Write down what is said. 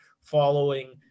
following